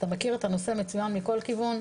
אתה מכיר את הנושא מצויין מכל כיוון.